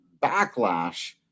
backlash